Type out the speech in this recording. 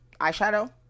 eyeshadow